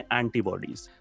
antibodies